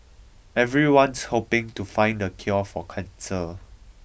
everyone's hoping to find the cure for cancer